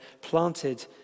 planted